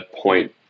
point